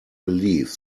believe